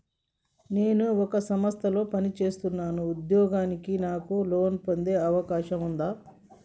నేను ఒక సంస్థలో పనిచేస్తున్న ఉద్యోగిని నాకు లోను పొందే అవకాశం ఉందా?